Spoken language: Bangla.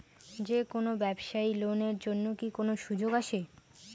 যে কোনো ব্যবসায়ী লোন এর জন্যে কি কোনো সুযোগ আসে?